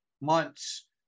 months